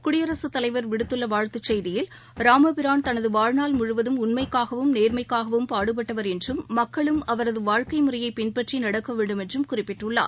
குடியரசுத் தலைவா் விடுத்துள்ள வாழ்த்துச் செய்தியில் ராமபிரான் தனது வாழ்நாள் முழுவதும் உண்மைக்காகவும் நேர்மைக்காகவும் பாடுபட்டவர் என்றும் மக்களும் அவரது வாழ்க்கை முறையை பின்பற்றி நடக்க வேண்டுமென்றும் குறிப்பிட்டுள்ளார்